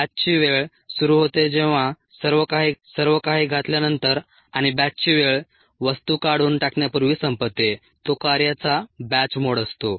बॅचची वेळ सुरू होते जेव्हा सर्वकाही सर्वकाही घातल्यानंतर आणि बॅचची वेळ वस्तू काढून टाकण्यापूर्वी संपते तो कार्याचा बॅच मोड असतो